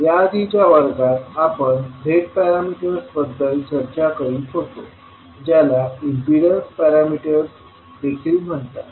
या आधीच्या वर्गात आपण Z पॅरमीटर्सबद्दल चर्चा करीत होतो ज्याला इम्पीडन्स पॅरामीटर्स देखील म्हणतात